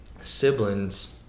siblings